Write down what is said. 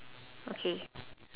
okay